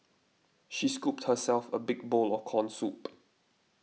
she scooped herself a big bowl of Corn Soup